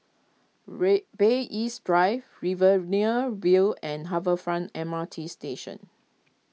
ray Bay East Drive Riverina View and Harbour Front M R T Station